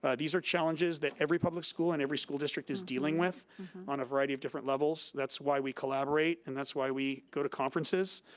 ah these are challenges that every public school and every school district is dealing with on a variety of different levels. that's why we collaborate, and that's why we go to conferences.